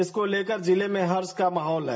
इसको लेकर जिले में हर्ष का माहौल है